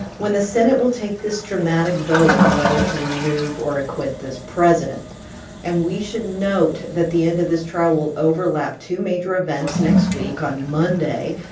when the senate will take this dramatic vote on whether to remove or acquit this president and we should note that the end of this trial will overlap two major events next week. on monday,